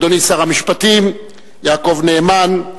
אדוני שר המשפטים יעקב נאמן,